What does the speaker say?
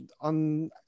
on